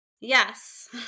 Yes